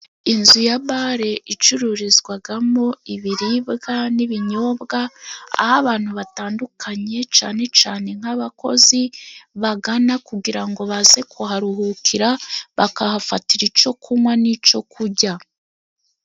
Inzu ya bale icururizwagamo ibiribwa n'ibinyobwa, aho abantu batandukanye cane cane nkabakozi bagana, kugira ngo baze kuharuhukira bakahafatira ico kunywa n'ico kujya.